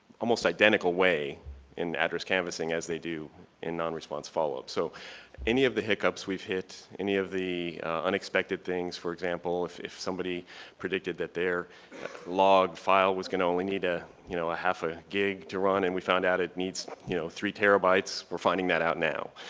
almost identical way in address canvassing as they do in non-response follow-up. so any of the hiccups we hit, any of the unexpected things, for example, if if somebody predicted that their log file was going to only need ah you know a half a gig to run and we found out it needs you know three terabytes, we're finding that out now.